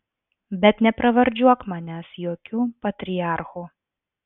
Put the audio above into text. bet nepravardžiuok manęs jokiu patriarchu